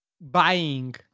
buying